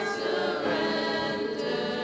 surrender